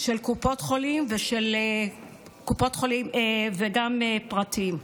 של קופות חולים וגם פרטיים.